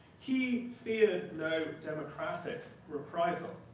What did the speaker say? he feared no democratic reprisal.